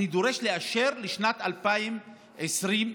אני דורש לאשר תוכנית לשנת 2020,